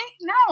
No